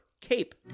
CAPE